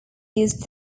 used